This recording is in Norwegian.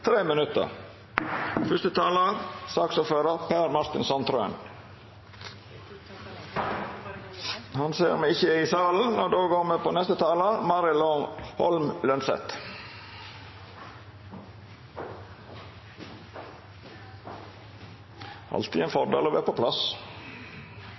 minutt. Fyrste talar er saksordførar Per Martin Sandtrøen. Han ser me ikkje er i salen, og då går me til neste talar, Mari Holm Lønseth. – Det er alltid ein